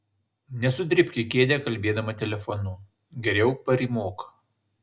nesudribk į kėdę kalbėdama telefonu geriau parymok